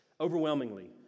overwhelmingly